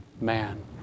man